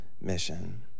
mission